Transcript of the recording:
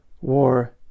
war